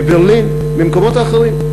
מברלין ומהמקומות האחרים.